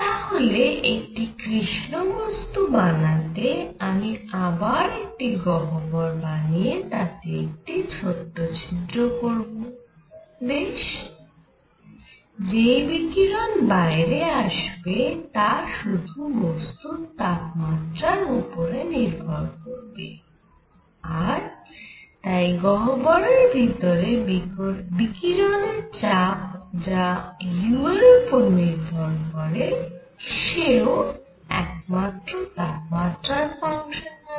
তাহলে একটি কৃষ্ণ বস্তু বানাতে আমি আবার একটি গহ্বর বানিয়ে তাতে একটি ছোট ছিদ্র করব বেশ যেই বিকিরণ বাইরে আসবে তা শুধু বস্তুর তাপমাত্রার উপরে নির্ভর করবে আর তাই গহ্বরের ভিতরে বিকিরণের চাপ যা u এর উপর নির্ভর করে সেও একমাত্র তাপমাত্রার ফাংশান হবে